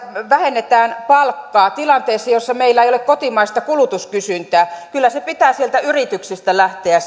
vähennetään palkkaa tilanteessa jossa meillä ei ole kotimaista kulutuskysyntää kyllä sen tuloksen haun pitää sieltä yrityksistä lähteä